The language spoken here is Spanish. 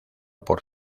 por